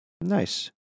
Nice